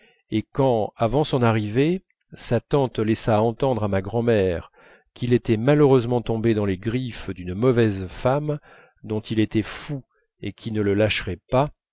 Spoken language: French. et quand avant son arrivée sa tante laissa entendre à ma grand'mère qu'il était malheureusement tombé dans les griffes d'une mauvaise femme dont il était fou et qui ne le lâcherait pas